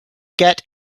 get